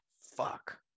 Fuck